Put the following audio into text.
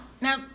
now